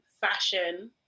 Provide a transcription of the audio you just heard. fashion